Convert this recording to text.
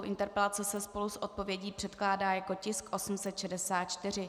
Interpelace se spolu s odpovědí předkládá jako tisk 864.